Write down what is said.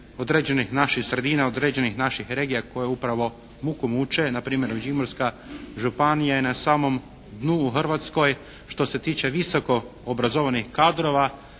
određenih naših sredina, određenih naših regija koje upravo muku muče na primjer Međimurska županija je na samom dnu u Hrvatskoj što se tiče visokoobrazovanih kadrova.